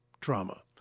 trauma